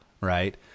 Right